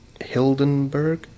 Hildenberg